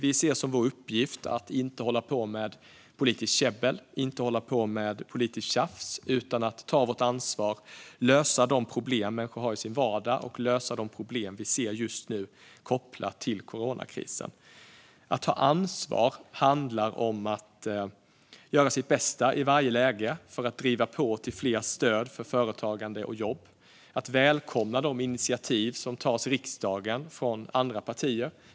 Vi ser som vår uppgift att inte hålla på med politiskt käbbel och politiskt tjafs, utan ta vårt ansvar, lösa de problem människor har i sin vardag och lösa de problem vi just nu ser kopplat till coronakrisen. Att ta ansvar handlar om att göra sitt bästa i varje läge för att driva på för fler stöd till företagande och jobb och om att välkomna de initiativ som tas i riksdagen från andra partier.